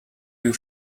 you